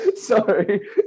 Sorry